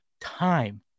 time